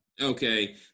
Okay